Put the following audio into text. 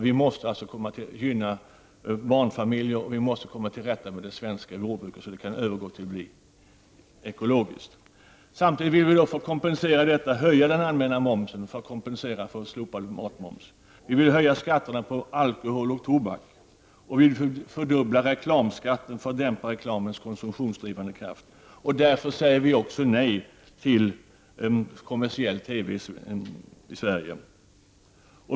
Vi måste gynna barnfamiljerna, och vi måste komma till rätta med det svenska jordbruket så att det kan bli ekologiskt. För att kompensera den slopade matmomsen vill vi samtidigt höja den allmänna momsen. Vi vill höja skatten på alkohol och tobak och fördubbla reklamskatten för att dämpa reklamens konsumtionsdrivande kraft. Därför säger vi också nej till kommersiell TV i Sverige.